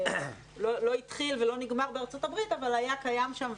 שלא התחיל ולא נגמר בארצות הברית אבל היה קיים שם,